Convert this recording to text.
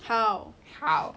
how how